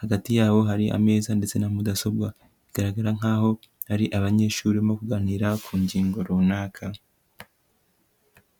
hagati yabo hari ameza ndetse na mudasobwa bigaragara nkaho ari abanyeshuri barimo kuganira ku ngingo runaka.